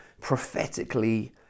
prophetically